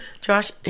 Josh